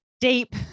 deep